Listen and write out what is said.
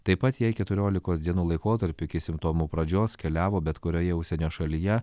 taip pat jei keturiolikos dienų laikotarpiu iki simptomų pradžios keliavo bet kurioje užsienio šalyje